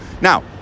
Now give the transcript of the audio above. Now